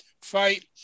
fight